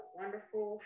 wonderful